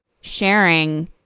sharing